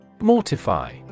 Mortify